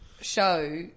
show